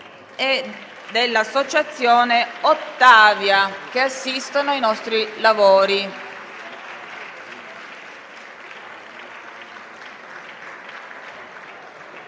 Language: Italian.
e dell'associazione «Octavia», che assistono ai nostri lavori.